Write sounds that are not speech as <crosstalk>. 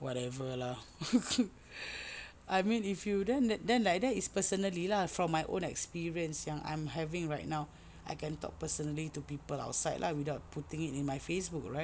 whatever lah <laughs> I mean if you then then like that is personally lah from my own experience yang I'm having right now I can talk personally to people outside lah without putting it in my Facebook right